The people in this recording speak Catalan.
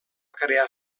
crear